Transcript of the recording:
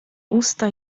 usta